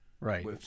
Right